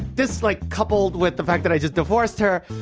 this, like coupled with the fact that i just divorced her,